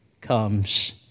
comes